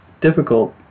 difficult